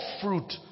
fruit